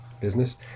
business